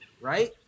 right